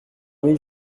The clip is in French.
mille